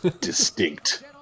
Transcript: distinct